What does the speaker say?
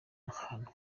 ahantu